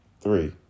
three